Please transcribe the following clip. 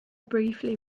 briefly